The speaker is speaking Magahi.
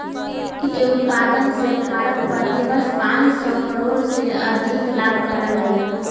फूल के उत्पादन से भारत प्रतिवर्ष पाँच सौ करोड़ से अधिक लाभ करअ हई